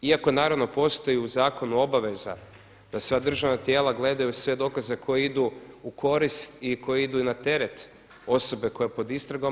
Iako naravno postoji u Zakonu obaveza da sva državna tijela gledaju sve dokaze koji idu u korist, koji idu i na teret osobe koja je pod istragom.